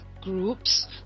groups